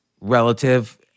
relative